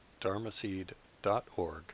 dharmaseed.org